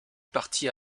parti